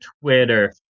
Twitter